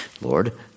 Lord